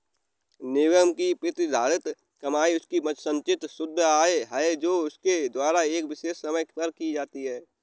निगम की प्रतिधारित कमाई उसकी संचित शुद्ध आय है जो उसके द्वारा एक विशेष समय पर की जाती है